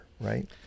right